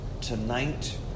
tonight